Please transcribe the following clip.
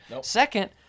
Second